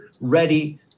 ready